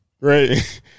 right